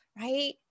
right